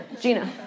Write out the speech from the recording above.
Gina